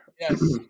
Yes